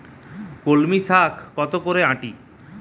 কলমি শাখ কত করে আঁটি?